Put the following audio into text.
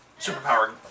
superpower